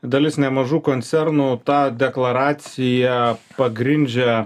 dalis nemažų koncernų tą deklaraciją pagrindžia